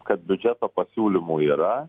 kad biudžeto pasiūlymų yra